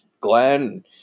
Glenn